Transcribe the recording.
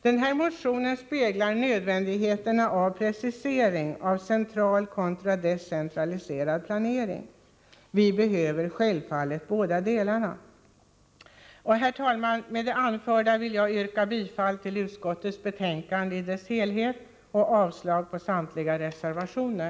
Centermotionen speglar nödvändigheten av en precisering av central kontra decentraliserad planering. Vi behöver självfallet bådadera. Herr talman! Med det anförda yrkar jag bifall till utskottets hemställan i dess helhet och avslag på samtliga reservationer.